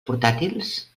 portàtils